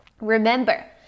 Remember